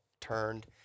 turned